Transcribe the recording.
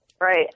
Right